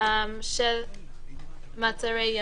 של מעצרי ימים.